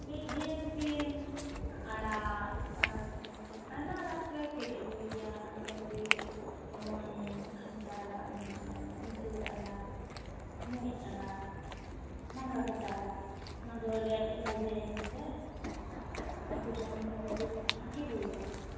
ᱰᱷᱮᱨ ᱰᱷᱮᱨ ᱜᱮ ᱟᱲᱟᱜ ᱛᱟᱯᱚᱨ ᱟᱭᱢᱟ ᱟᱲᱟᱜ ᱜᱮᱞᱮ ᱥᱤᱫ ᱟ ᱜᱩᱭ ᱜᱮᱭᱟ ᱚᱱᱟ ᱦᱚᱞᱮ ᱩᱛᱩᱭ ᱜᱮᱭᱟ ᱡᱮᱢᱚᱱ ᱠᱷᱟᱱᱛᱟ ᱟᱲᱟᱜ ᱢᱮᱱᱟᱜᱼᱟ ᱵᱷᱟ ᱛᱩᱣᱟ ᱟᱲᱟᱜ ᱢᱩᱸᱡ ᱟᱲᱟᱜ ᱰᱟᱝᱨᱟ ᱠᱟᱴᱟ ᱟᱲᱟᱜ ᱱᱚᱣᱟᱫᱚ ᱟᱹᱰᱤ ᱟᱸᱴ ᱜᱮ ᱠᱟᱡᱮ ᱮᱢᱟᱥᱮ ᱱᱚᱣᱟ ᱠᱚ ᱡᱚᱢ ᱞᱮᱠᱷᱚᱱ ᱫᱚ ᱟ ᱰᱤ ᱵᱷᱟᱜᱮ ᱦᱩᱭᱩᱜᱼᱟ